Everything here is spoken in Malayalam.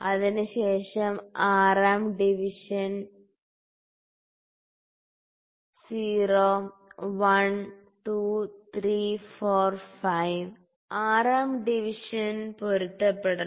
അതിനുശേഷം ആറാം ഡിവിഷൻ 0 1 2 3 4 5 ആറാം ഡിവിഷൻ പൊരുത്തപ്പെടണം